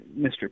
Mr